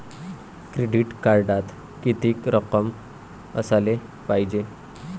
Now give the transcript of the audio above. Credit कार्डात कितीक रक्कम असाले पायजे?